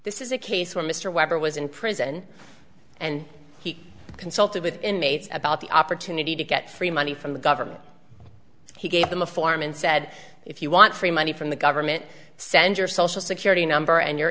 this is a case when mr weber was in prison and he consulted with inmates about the opportunity to get free money from the government he gave them a form and said if you want free money from the government send your social security number and your